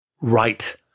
Right